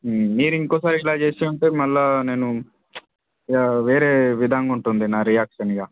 మీరు ఇంకోసారి ఇలా చేస్తూ ఉంటే మళ్ళా నేను ఇక వేరే విధంగా ఉంటుంది నా రియాక్షన్ ఇక